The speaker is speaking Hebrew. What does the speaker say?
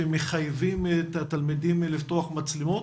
שמחייבים את התלמידים לפתוח מצלמות?